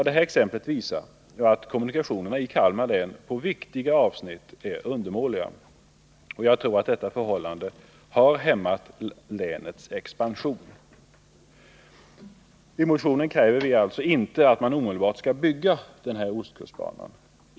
Detta exempel visar att kommunikationerna i Kalmar län på viktiga avsnitt är undermåliga, och jag tror att detta förhållande har hämmat länets expansion. I motionen kräver vi inte att man omedelbart skall bygga en ostkustbana.